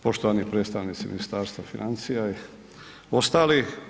Poštovani predstavnici Ministarstva financija i ostali.